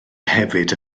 hefyd